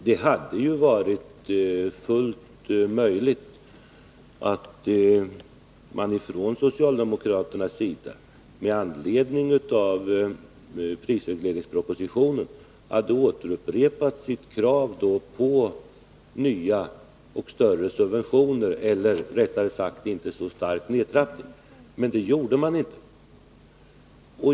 Det hade ju varit fullt möjligt för socialdemokraterna att med anledning av prisregleringspropositionen upprepa sitt krav på nya och större subventioner eller, rättare sagt, en inte fullt så stark nedtrappning. Men det gjorde man inte.